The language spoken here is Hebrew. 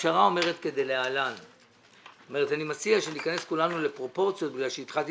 אני מציע שניכנס כולנו לפרופורציות בגלל שהתחלתי